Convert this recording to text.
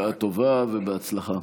בשעה טובה ובהצלחה.